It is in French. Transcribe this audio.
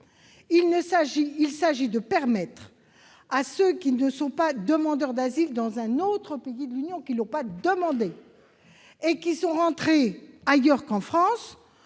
Il s'agit de permettre à ceux qui ne sont pas demandeurs d'asile dans un autre pays de l'Union et qui sont entrés ailleurs qu'en France